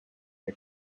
the